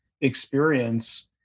experience